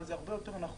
אבל זה הרבה יותר נכון,